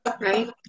Right